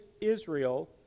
Israel